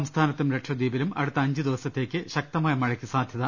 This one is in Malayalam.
സംസ്ഥാനത്തും ലക്ഷദ്വീപിലും അടുത്തി അഞ്ച് ദിവസ ത്തേക്ക് ശക്തമായ മഴയ്ക്ക് സാധ്യത